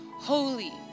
holy